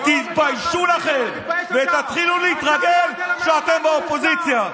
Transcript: אתה מלמד אותנו נימוסים?